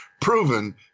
proven